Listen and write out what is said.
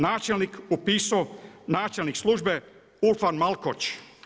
Načelnik upisao, načelnik službe Urfan Malkoč.